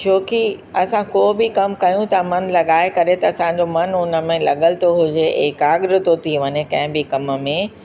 छोकी असां को बि कम कयूं था मनु लॻाए करे त असांजो मनु हुन में लॻियलु थो हुजे एकाग्र थो थी वञे कंहिं बि कम में